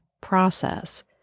process